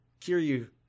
Kiryu